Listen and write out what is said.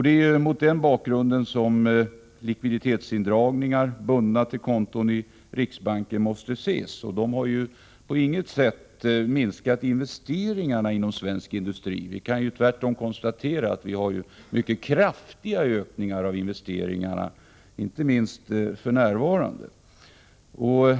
Det är mot den bakgrunden som likviditetsindragningar, bundna till konton i riksbanken, måste ses. De har på intet sätt minskat investeringarna inom svensk industri. Vi kan tvärtom konstatera att vi har mycket kraftiga ökningar av investeringarna, inte minst för närvarande.